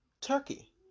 Turkey